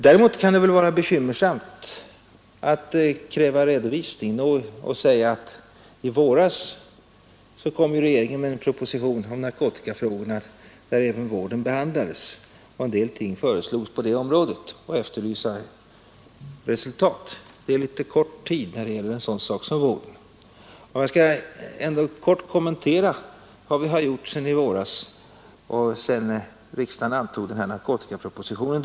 Däremot kan det väl vara bekymmersamt att kräva redovisning genom att t.ex. peka på att regeringen i våras lade fram en proposition om narkotikafrågorna, där även en del förslag ställdes beträffande vården på detta område, och efterlysa resultat härav. Det är litet kort tid när det gäller en sådan sak som vård. Jag skall ändå kort kommentera vad vi har gjort sedan i våras då riksdagen antog narkotikapropositionen.